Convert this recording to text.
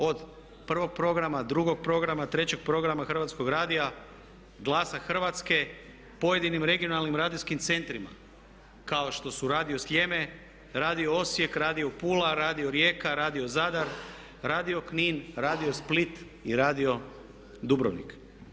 Od prvog programa, drugog programa, trećeg programa Hrvatskog radija, Glasa Hrvatske, pojedinim regionalnim radijskim centrima kao što su Radio Sljeme, Radio Osijek, Radio Pula, Radio Rijeka, Radio Zadar, Radio Knin, Radio Split i Radio Dubrovnik.